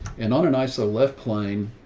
and on an iso left plane.